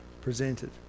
presented